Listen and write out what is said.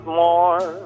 more